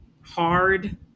hard